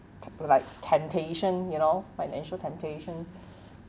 like temptation you know financial temptation